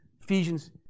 Ephesians